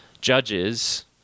judges